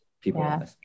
people